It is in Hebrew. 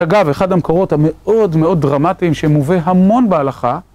אגב, אחד המקורות המאוד מאוד דרמטיים שמובא המון בהלכה